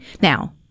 now